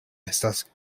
estas